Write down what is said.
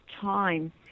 time